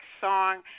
song